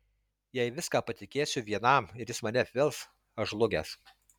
jei viską patikėsiu vienam ir jis mane apvils aš žlugęs